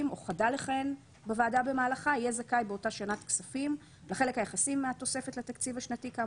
4 לחוק-יסוד: השפיטה זכאי לתוספת של 30,000 שקלים חדשים לתקציב השנתי,